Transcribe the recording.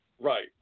Right